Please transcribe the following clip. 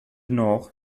nord